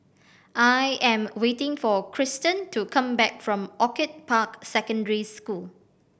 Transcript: I am waiting for Kirsten to come back from Orchid Park Secondary School